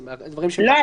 לא,